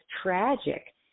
tragic